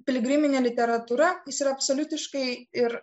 piligriminė literatūra jis yra absoliutiškai ir